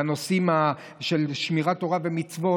לנושאים של שמירת תורה ומצוות.